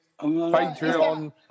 Patreon